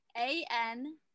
A-N